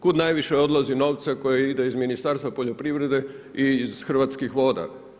Kud najviše odlazi novca koji ide iz Ministarstva poljoprivrede i iz Hrvatskih voda?